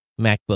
macbook